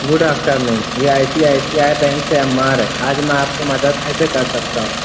good afternoon یہ I C I C I bank سے عمار ہے آج میں آپ کی مدد کیسے کر سکتا ہوں